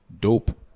dope